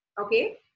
Okay